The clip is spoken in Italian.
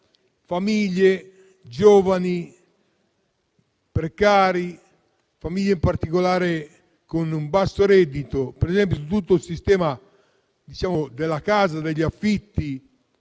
cittadini, giovani, precari, famiglie, in particolare con un basso reddito. Per esempio, su tutto il sistema della casa e degli affitti,